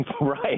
Right